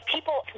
People